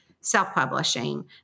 self-publishing